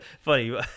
funny